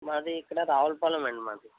మాది ఇక్కడ రావులపాలెమండి మాది